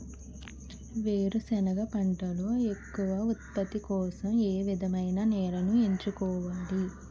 వేరుసెనగ పంటలో ఎక్కువ ఉత్పత్తి కోసం ఏ విధమైన నేలను ఎంచుకోవాలి?